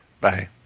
Bye